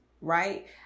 right